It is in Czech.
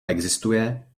existuje